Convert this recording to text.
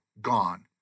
gone